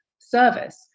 service